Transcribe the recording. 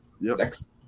Next